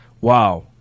wow